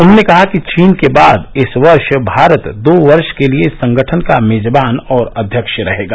उन्होंने कहा कि चीन के बाद इस वर्ष भारत दो वर्ष के लिए इस संगठन का मेजबान और अध्यक्ष रहेगा